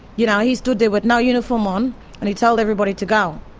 you know, he stood there with no uniform on and he told everybody to go,